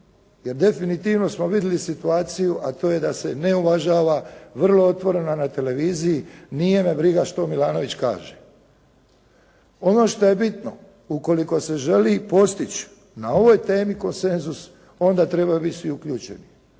jer definitivno smo vidjeli situaciju, a to je da se ne uvažava, vrlo je otvoreno na televiziji, nije me briga što Milanović kaže. Ono što je bitno ukoliko se želi postići na ovoj temi konsenzuc, onda trebaju biti svi uključeni,